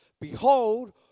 Behold